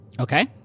Okay